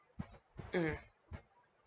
mm